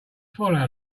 following